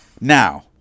now